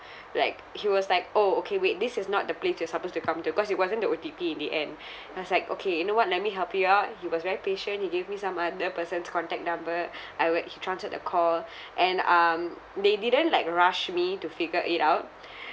like he was like orh okay wait this is not the place you're supposed to come to cause it wasn't the O_T_P in the end I was like okay you know what let me help you out he was very patient he gave me some other person's contact number I were he transferred the call and um they didn't like rush me to figure it out